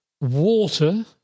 water